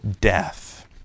death